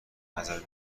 نظر